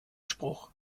spruch